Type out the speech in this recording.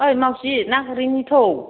ओइ मावजि ना गुरहैनि थौ